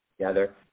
together